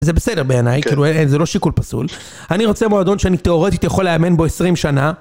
זה בסדר בעיניי, כאילו זה לא שיקול פסול. אני רוצה מועדון שאני תיאורטית יכול לאמן בו 20 שנה.